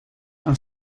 are